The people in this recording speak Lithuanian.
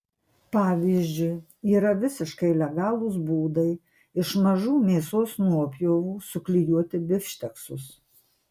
pavyzdžiui yra visiškai legalūs būdai iš mažų mėsos nuopjovų suklijuoti bifšteksus